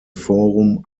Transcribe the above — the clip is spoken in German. forum